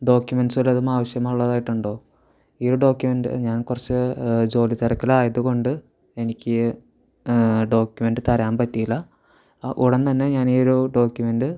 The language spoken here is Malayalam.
ഡോക്യുമെൻ്റ്സ് വല്ലതും ആവശ്യമുള്ളതായിട്ട് ഉണ്ടോ ഈ ഒരു ഡോക്യുമെൻ്റ് ഞാൻ കുറച്ച് ജോലിത്തിരക്കിലായതുകൊണ്ട് എനിക്ക് ഡോക്യുമെൻ്റ് തരാൻ പറ്റിയില്ല ഉടൻ തന്നെ ഞാൻ ഈ ഒരു ഡോക്യുമെൻ്റ്